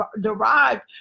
derived